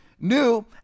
new